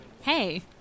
Hey